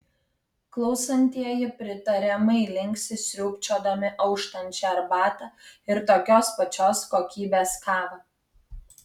klausantieji pritariamai linksi sriūbčiodami auštančią arbatą ir tokios pačios kokybės kavą